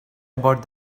about